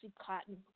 Cotton